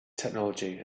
technology